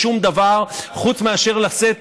לשום דבר חוץ מאשר לשאת